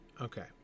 Okay